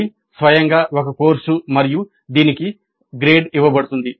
ఇది స్వయంగా ఒక కోర్సు మరియు దీనికి గ్రేడ్ ఇవ్వబడుతుంది